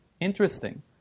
Interesting